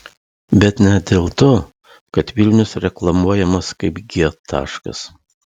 bet ne dėl to kad vilnius reklamuojamas kaip g taškas